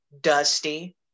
dusty